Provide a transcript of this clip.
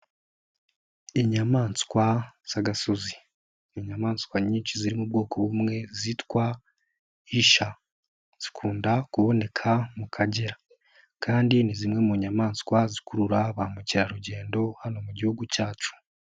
Inyamaswa z'agasozi. Inyamaswa nyinshi ziri mu bwoko bumwe zitwa isha. Zikunda kuboneka mu Kagera kandi ni zimwe mu nyamaswa zikurura ba mukerarugendo, hano mu gihugu cyacu.